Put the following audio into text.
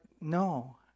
no